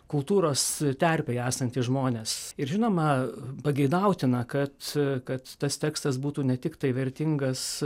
kultūros terpėje esantys žmonės ir žinoma pageidautina kad kad tas tekstas būtų ne tiktai vertingas